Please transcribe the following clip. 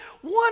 one